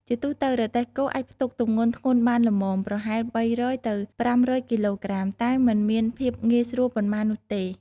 ជាទូទៅ រទេះគោអាចផ្ទុកទម្ងន់ធ្ងន់បានល្មម ប្រហែល ៣០០ ទៅ ៥០០ គីឡូក្រាម តែមិនមានភាពងាយស្រួលប៉ុន្មាននោះទេ ។